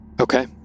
Okay